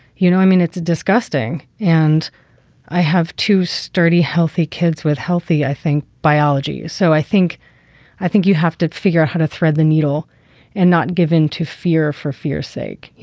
you know, i mean, it's disgusting. and i have two sturdy, healthy kids with healthy, i think, biology. so i think i think you have to figure out how to thread the needle and not give in to fear for fear sake. you